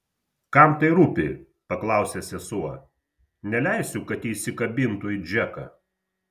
kam tai rūpi paklausė sesuo neleisiu kad ji įsikabintų į džeką